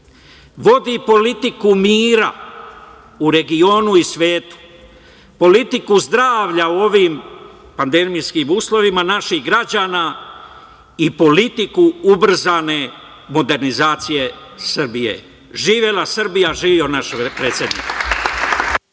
vodi politiku mira u regionu i svetu, politiku zdravlja u ovim pandemijskim uslovima naših građana i politiku ubrzane modernizacije Srbije. Živela Srbija, živeo naš predsednik.